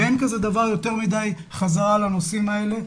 ואין דבר כזה יותר מדי חזרה על הנושאים האלה.